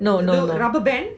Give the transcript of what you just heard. no no no